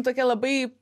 tokie labai